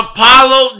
Apollo